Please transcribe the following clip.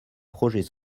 projet